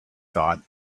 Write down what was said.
thought